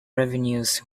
revenues